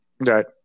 right